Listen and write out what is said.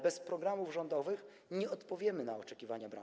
Bez programów rządowych nie odpowiemy na oczekiwania branży.